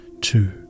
two